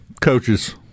Coaches